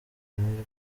bakunzwe